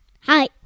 Hi